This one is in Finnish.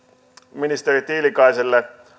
ministeri tiilikaiselle